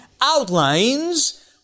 outlines